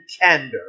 candor